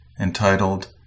entitled